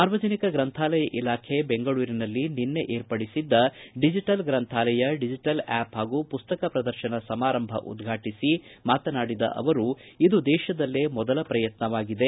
ಸಾರ್ವಜನಿಕ ಗ್ರಂಥಾಲಯ ಇಲಾಖೆ ಬೆಂಗಳೂರಿನಲ್ಲಿ ನಿನ್ನೆ ಏರ್ಪಡಿಸಿದ್ದ ಡಿಜಿಟಲ್ ಗ್ರಂಥಾಲಯ ಡಿಜಿಟಲ್ ಆ್ಯಪ್ ಹಾಗೂ ಮಸ್ತಕ ಪ್ರದರ್ಶನ ಸಮಾರಂಭವನ್ನು ಉದ್ವಾಟಿಸಿ ಮಾತನಾಡಿದ ಅವರು ಇದು ದೇಶದಲ್ಲೇ ಮೊದಲ ಪ್ರಯತ್ನವಾಗಿದೆ